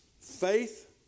Faith